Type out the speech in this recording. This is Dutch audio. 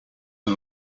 een